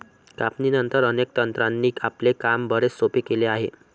कापणीनंतर, अनेक तंत्रांनी आपले काम बरेच सोपे केले आहे